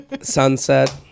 sunset